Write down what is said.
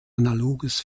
analoges